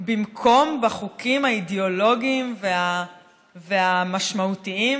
במקום בחוקים האידיאולוגיים והמשמעותיים,